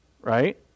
Right